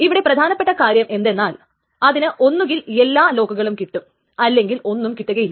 ഇവിടെ പ്രധാനപ്പെട്ട കാര്യം എന്തെന്നാൽ ഇതിന് ഒന്നുകിൽ എല്ലാ ലോക്കുകളും കിട്ടും ഇല്ലെങ്കിൽ ഒന്നും കിട്ടുകയില്ല